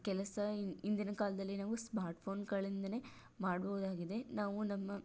ಕೆಲಸ ಇಂದಿನ ಕಾಲದಲ್ಲಿ ನಾವು ಸ್ಮಾರ್ಟ್ಫೋನ್ಗಳಿಂದನೇ ಮಾಡ್ಬಹುದಾಗಿದೆ ನಾವು ನಮ್ಮ